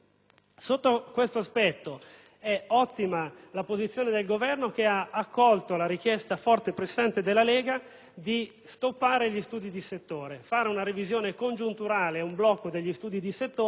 Sotto questo aspetto è ottima la posizione del Governo, che ha accolto la richiesta forte e pressante della Lega di bloccare gli studi di settore e procedere ad una revisione congiunturale tenendo conto della situazione